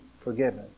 forgiven